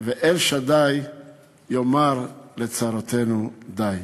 שאל שדי יאמר לצרותינו די.